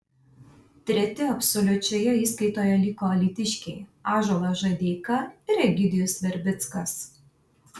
treti absoliučioje įskaitoje liko alytiškiai ąžuolas žadeika ir egidijus verbickas